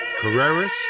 Carreras